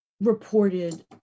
reported